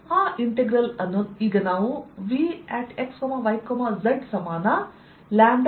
ಆಇಂಟೆಗ್ರಲ್ ಅನ್ನು ಈಗ ನಾವುVx y z ಸಮಾನ λ4π0ಆಗಿ ಬರೆಯಬಹುದು